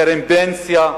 קרן פנסיה,